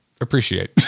appreciate